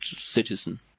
citizen